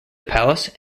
palace